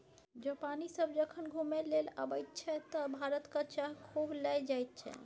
जापानी सभ जखन घुमय लेल अबैत छै तँ भारतक चाह खूब लए जाइत छै